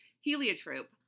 Heliotrope